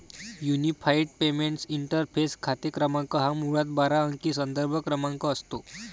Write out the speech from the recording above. unified payments interface खाते क्रमांक हा मुळात बारा अंकी संदर्भ क्रमांक असतो